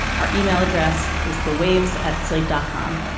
our ah e-mail address is the waves at slate dot com